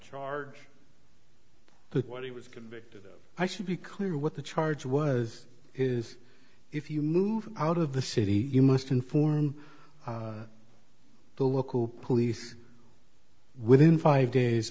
but what he was convicted i should be clear what the charge was is if you move out of the city you must inform the local police within five days